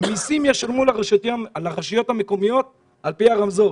מסים ישלמו לרשויות המקומיות על פי הרמזור.